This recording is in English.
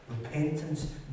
Repentance